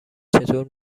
چطور